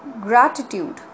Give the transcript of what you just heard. gratitude